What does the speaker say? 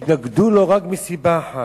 התנגדו לו רק מסיבה אחת,